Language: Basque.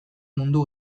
mundu